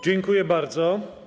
Dziękuję bardzo.